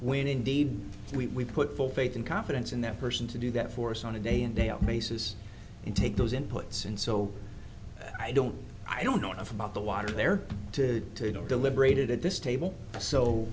when indeed we put full faith and confidence in that person to do that for us on a day in day out basis and take those inputs in so i don't i don't know enough about the water there to deliberated at this table so